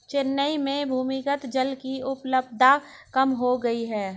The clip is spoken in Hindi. चेन्नई में भी भूमिगत जल की उपलब्धता कम हो गई है